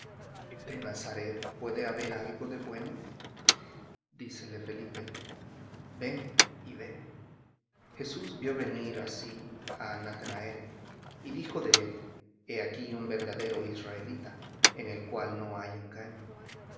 de nazaret puede haber algo de bueno dícele felipe ven y ve jesús vió venir á sí á natanael y dijo de él he aquí un verdadero israelita en el cual no hay engaño